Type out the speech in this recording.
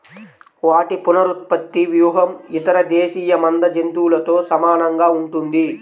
వాటి పునరుత్పత్తి వ్యూహం ఇతర దేశీయ మంద జంతువులతో సమానంగా ఉంటుంది